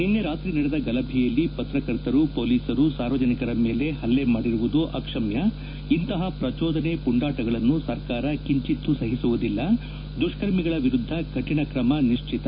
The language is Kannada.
ನಿನ್ನೆ ರಾತ್ರಿ ನಡೆದ ಗಲಭೆಯಲ್ಲಿ ಪತ್ರಕರ್ತರು ಪೊಲೀಸರು ಸಾರ್ವಜನಿಕರ ಮೇಲೆ ಹಲ್ಲೆ ಮಾಡಿರುವುದು ಅಕ್ಷಮ್ಯ ಇಂತಹ ಪ್ರಚೋದನೆ ಪುಂಡಾಣಗಳನ್ನು ಸರ್ಕಾರ ಕಿಂಚಿತ್ತೂ ಸಹಿಸುವುದಿಲ್ಲ ದುಷ್ಕರ್ಮಿಗಳ ವಿರುದ್ದ ಕಠಿಣ ಕ್ರಮ ನಿಶ್ಚಿತ